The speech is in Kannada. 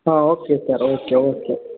O okay sir okay okay